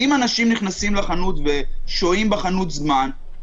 אם אנשים נכנסים לחנות ושוהים בחנות זמן,